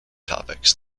topics